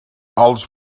els